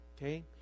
Okay